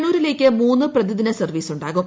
കണ്ണൂരിലേക്ക് മൂന്ന് പ്രതിദിന സർവ്വീസുണ്ടാകും